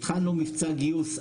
התחלנו מבצע גיוס.